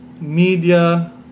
media